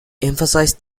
emphasised